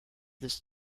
this